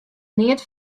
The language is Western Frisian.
neat